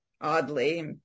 oddly